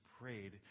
prayed